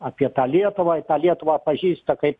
apie tą lietuvą į tą lietuvą pažįsta kaip